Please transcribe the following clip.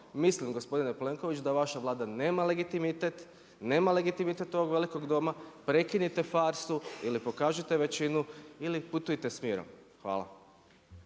mislim gospodine Plenkoviću da vaša Vlada nema legitimitet, nema legitimitet ovog velikog Doma, prekinite farsu ili pokažite većinu ili putujte smjerom. Hvala.